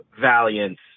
valiance